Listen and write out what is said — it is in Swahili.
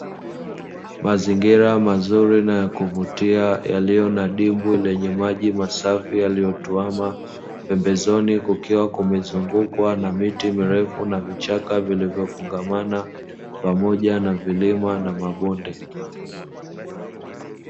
Mazingira mazuri na ya kuvutia yaliyo na dimbwi lenye maji masafi yaliyotuama, pembezoni kukiwa kumezungukwa na miti mirefu na vichaka vilivyofungamana pamoja na vilima na mabonde.